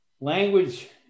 language